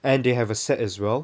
and they have a set as well